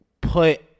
put